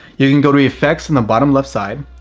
you can go to effects in the bottom left side.